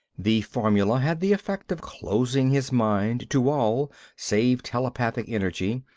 the formula had the effect of closing his mind to all save telepathic energy,